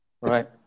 Right